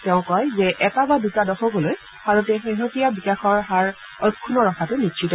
তেওঁ কয় যে এটা বা দুটা দশকলৈ ভাৰতে শেহতীয়া বিকাশ হাৰ অক্ষুন্ন ৰখাটো নিশ্চিত